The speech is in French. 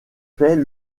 fait